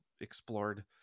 explored